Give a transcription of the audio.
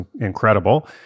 incredible